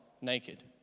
naked